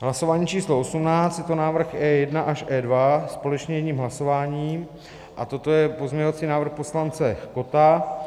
Hlasování číslo osmnáct, je to návrh E1 až E2 společně jedním hlasováním a toto je pozměňovací návrh poslance Kotta.